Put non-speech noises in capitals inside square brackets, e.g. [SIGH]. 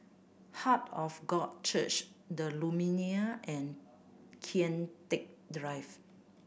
heart of God Church The Lumiere and Kian Teck [UNINTELLIGIBLE]